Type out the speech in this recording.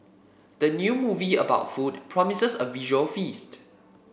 the new movie about food promises a visual feast